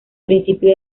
principio